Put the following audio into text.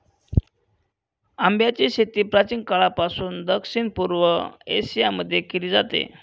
आंब्याची शेती प्राचीन काळापासून दक्षिण पूर्व एशिया मध्ये केली जाते